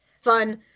fun